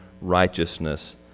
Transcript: righteousness